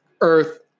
Earth